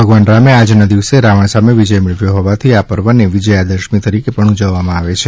ભગવાન રામે આજના દિવસે રાવણ સામે વિજય મેળવ્યો હોવાથી આ પર્વને વિજ્યાદશમી તરીકે પણ ઉજવવામાં આવે છે